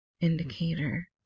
indicator